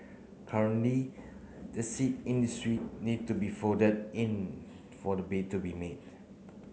currently the seat in the suite need to be folded in for the bed to be made